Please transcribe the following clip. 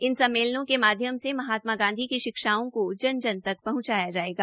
इन सम्मेलनों के माध्यम से महात्मा गांधी की शिक्षाओं को जन जन तक पहंचाया जायेगा